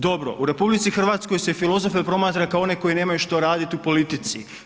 Dobro u RH se filozofe promatra kao one koji nemaju što raditi u politici.